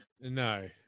No